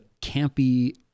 campy